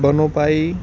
ਬਨੋਭਾਈ